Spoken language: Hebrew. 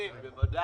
שנת תקציב בוודאי.